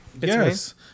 yes